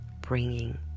bringing